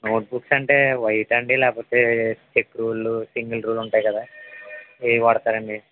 note books అంటే వైటా అండి లేకపోతే చెక్ రూళ్ళు సింగిల్ రూళ్ళు ఉంటాయి కదా ఏవి వాడతారండి